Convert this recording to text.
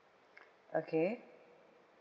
okay